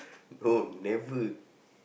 no never